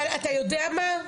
אבל אתה יודע מה?